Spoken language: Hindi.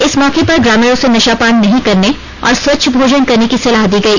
इस मौके पर ग्रामीणों से नशा पान नहीं करने और स्वच्छ भोजन करने की सलाह दी गई